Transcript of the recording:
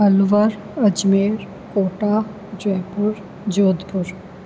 Alwar Ajmer Kota Jaipur Jodhpur